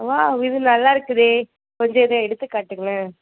wow இது நல்லா இருக்குதே கொஞ்சம் இதை எடுத்து காட்டுங்கள்